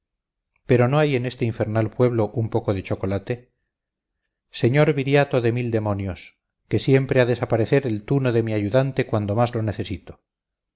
pero no hay en este infernal pueblo un poco de chocolate señor viriato de mil demonios que siempre ha de desaparecer el tuno de mi ayudante cuando más lo necesito